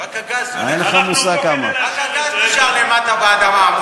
רק הגז נשאר למטה באדמה,